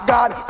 God